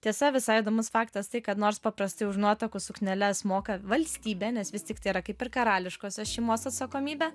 tiesa visai įdomus faktas tai kad nors paprastai už nuotakų sukneles moka valstybė nes vis tiktai yra kaip ir karališkosios šeimos atsakomybė